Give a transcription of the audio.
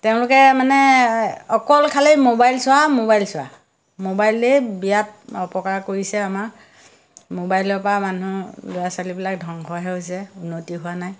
তেওঁলোকে মানে অকল খালি মোবাইল চোৱা মোবাইল চোৱা মোবাইলেই বিৰাট অপকাৰ কৰিছে আমাৰ মোবাইলৰ পৰা মানুহ ল'ৰা ছোৱালীবিলাক ধ্বংসহে হৈছে উন্নতি হোৱা নাই